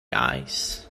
eyes